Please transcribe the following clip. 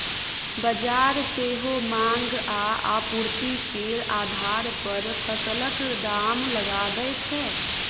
बजार सेहो माँग आ आपुर्ति केर आधार पर फसलक दाम लगाबै छै